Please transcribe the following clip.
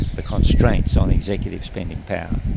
the constraints on executive spending power.